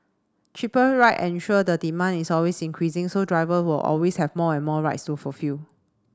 cheaper ride ensure the demand is always increasing so driver will always have more and more rides to fulfil